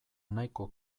nahiko